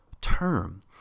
term